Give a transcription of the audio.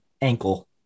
ankle